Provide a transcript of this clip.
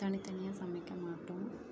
தனித்தனியாக சமைக்க மாட்டோம்